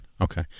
Okay